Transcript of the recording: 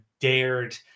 dared